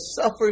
suffer